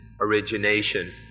origination